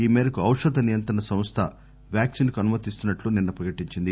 ఈ మేరకు ఔషధ నియంత్రణ సంస్ల డీసీజీఐ వ్యాక్సిన్కు అనుమతినిస్తున్నట్లు నిన్న ప్రకటించింది